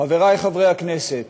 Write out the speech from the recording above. חברי חברי הכנסת,